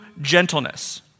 gentleness